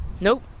Nope